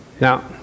Now